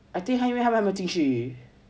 I think 因为他们还没有进去